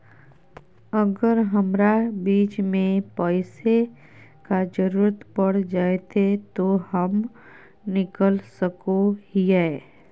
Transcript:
अगर हमरा बीच में पैसे का जरूरत पड़ जयते तो हम निकल सको हीये